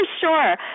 sure